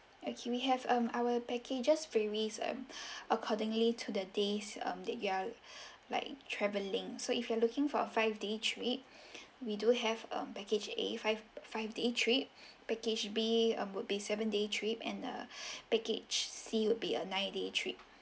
okay we have um our packages varies um accordingly to the days um that you are like traveling so if you are looking for a five day trip we do have um package A five five day trip package B uh would be seven day trip and uh package C would be a nine day trip